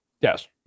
Yes